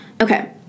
Okay